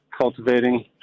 cultivating